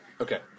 Okay